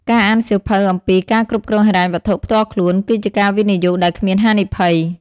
ការអានសៀវភៅអំពី "ការគ្រប់គ្រងហិរញ្ញវត្ថុផ្ទាល់ខ្លួន" គឺជាការវិនិយោគដែលគ្មានហានិភ័យ។